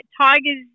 Tigers